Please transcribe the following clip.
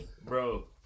bro